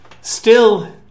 Still